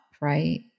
Right